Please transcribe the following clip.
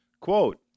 quote